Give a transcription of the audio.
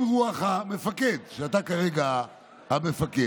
אם רוח המפקד, שאתה כרגע המפקד,